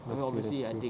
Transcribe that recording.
basically that's the thing